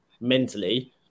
mentally